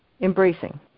embracing